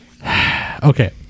Okay